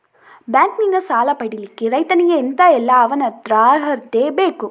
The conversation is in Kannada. ಬ್ಯಾಂಕ್ ನಿಂದ ಸಾಲ ಪಡಿಲಿಕ್ಕೆ ರೈತನಿಗೆ ಎಂತ ಎಲ್ಲಾ ಅವನತ್ರ ಅರ್ಹತೆ ಬೇಕು?